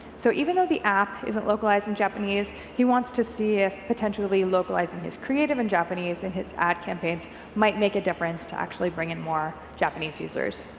so even though the app isn't localized in japanese, he wants to see if potentially localizing his creative in japanese and his ad campaigns might make a difference to actual bring in more japanese users.